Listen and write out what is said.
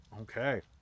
Okay